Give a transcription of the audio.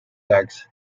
decks